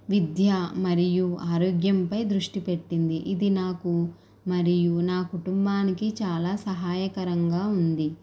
విద్య మరియు ఆరోగ్యంపై దృష్టిపెట్టింది ఇది నాకు మరియు నా కుటుంబానికి చాలా సహాయకరంగా ఉంది